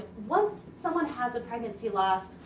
once someone has a pregnancy loss,